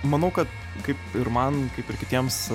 manau kad kaip ir man kaip ir kitiems